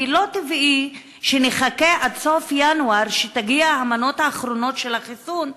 כי לא טבעי שנחכה עד סוף ינואר שיגיעו המנות האחרונות של החיסון,